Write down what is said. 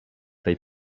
tej